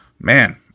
Man